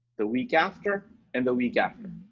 the week after and the week after.